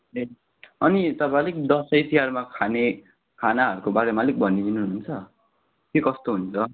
अनि तपाईँ अलिक दसैँ तिहारमा खाने खानाहरूको बारेमा अलिक भनि दिनुहुन्छ के कस्तो हुन्छ